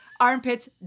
Armpits